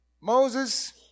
Moses